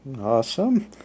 Awesome